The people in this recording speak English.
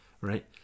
right